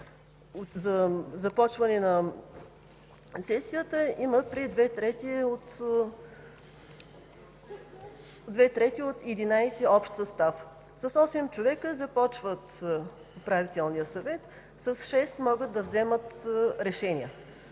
за започване на сесията е от две трети от 11 членове общ състав. С 8 човека започва Управителният съвет, с 6 могат да вземат решения.